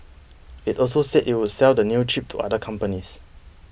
it also said it would sell the new chip to other companies